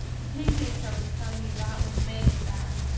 the pancakes i was tellin you about was made with that.